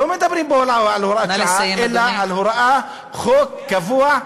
לא מדברים פה על הוראת שעה אלא על הוראת חוק קבוע.